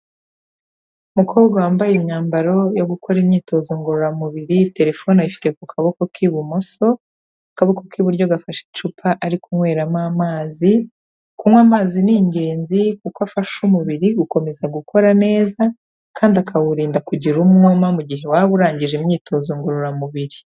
Umukobwa wambaye imyambaro yo gukora imyitozo ngororamubiriyi, telefone ayifite ku kaboko k'ibumoso, akaboko k'iburyo gafashe icupa ari kunyweramo amazi, kunywa amazi ni ingenzi kuko afasha umubiri gukomeza gukora neza, kandi akawurinda kugira umwuma mu gihe waba urangije imyitozo ngororamubiri.